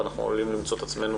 אנחנו עלולים למצוא את עצמנו